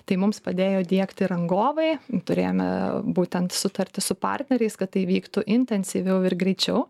tai mums padėjo diegti rangovai turėjome būtent sutarti su partneriais kad tai vyktų intensyviau ir greičiau